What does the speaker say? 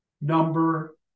number